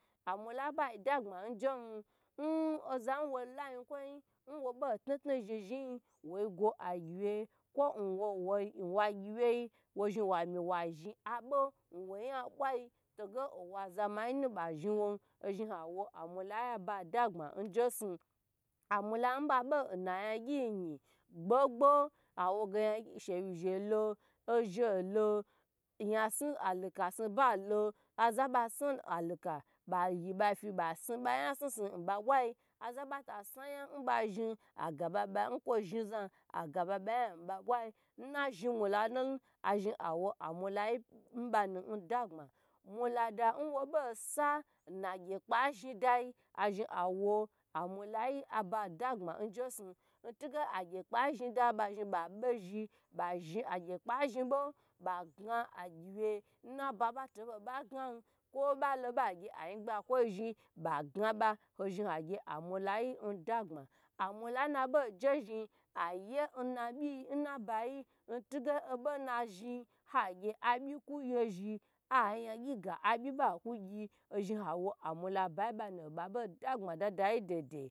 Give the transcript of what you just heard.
Amula nnaje ba shi ashi ba adaba nzhi ada bodo na wye gyi yaknu be nsa nzhiyi na zhn awo amula bayi n dagbm azhi agye amula yi nana yi ntugena amulayi bato zhi zakna yi amulanu, amula yi zhi ngye ozhn mula nu doma sa zhiyi zhn za za hoyi yanu sa zhn yi da obye do do ho ko shi da da lo zhi nkwo mula nu zhibo azhi age amula yi pya nunu yi azhn agye nwu gye amula yi pya banu ato sha ba zon she na ku zhi do na byi do na zakwo do na yigba kwo gye ba gyi ba amula yi pyan bo so amula nba sa nsa zhnyi kwo oza wo kwba zhn.